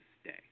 stay